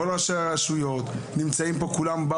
כל ראשי הרשויות נמצאים פה כולם,